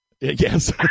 Yes